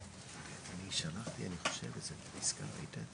אני עורכת דין ואדריכלית